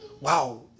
wow